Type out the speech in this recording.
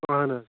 اہَن حظ